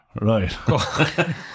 Right